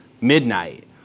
midnight